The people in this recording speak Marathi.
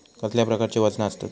कसल्या प्रकारची वजना आसतत?